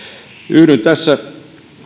yhdyn